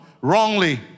wrongly